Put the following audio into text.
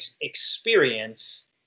experience